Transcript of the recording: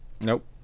Nope